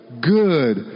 good